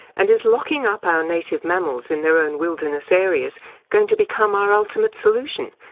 and is locking up our native mammals in their own wilderness areas going to become our ultimate solution,